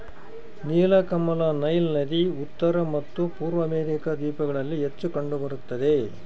ನೀಲಕಮಲ ನೈಲ್ ನದಿ ಉತ್ತರ ಮತ್ತು ಪೂರ್ವ ಅಮೆರಿಕಾ ದ್ವೀಪಗಳಲ್ಲಿ ಹೆಚ್ಚು ಕಂಡು ಬರುತ್ತದೆ